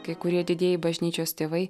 kai kurie didieji bažnyčios tėvai